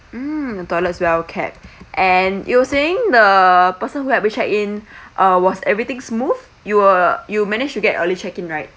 mm toilets well kept and you were saying the person who helped you check in uh was everything smooth you uh you managed to get early check in right